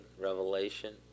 revelation